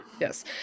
Yes